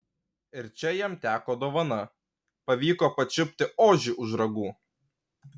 ir čia jam teko dovana pavyko pačiupti ožį už ragų